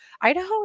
Idaho